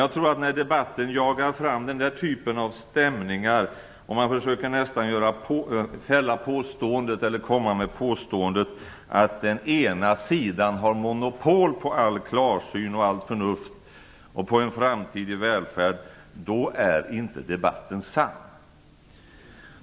Jag tror att när det i debatten jagas fram den typen av stämningar är inte debatten sann; man försöker ju nästan påstå att den ena sidan har monopol på all klarsyn och allt förnuft samt på en framtid i välfärd. Herr talman!